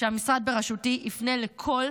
שהמשרד בראשותי יפנה לכל